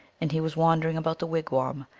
and he was wandering about the wigwam,